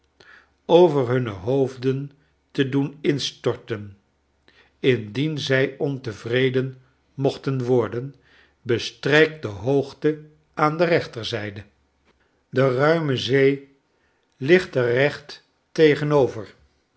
over hunne hoofden te doen instorten indien zij ontevreden mochten worden bestrijkt de hoogte aan de rechterzijde de ruime zee ligt er recht tegenover